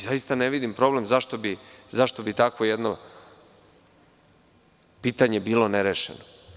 Zaista ne vidim problem zašto bi takvo jedno pitanje bilo nerešeno.